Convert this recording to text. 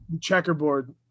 Checkerboard